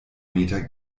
meter